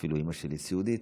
אימא שלי אפילו סיעודית,